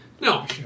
No